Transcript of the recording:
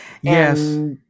yes